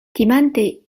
timante